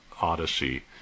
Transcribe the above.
Odyssey